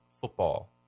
football